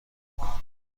خورم